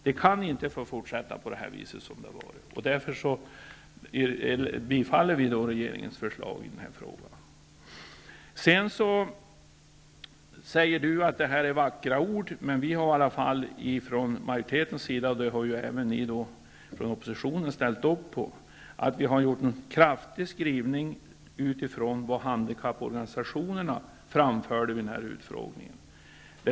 Det kan inte få fortsätta så som det har varit. Därför tillstyrker vi regeringens förslag i den här frågan. Sedan säger Lena Öhrsvik att det här är vackra ord. Men vi har i alla fall från majoritetens sida -- och det har även ni från oppositionen ställt upp på -- gjort en kraftig skrivning med hänsyn till vad handikapporganisationerna anförde vid utfrågningen.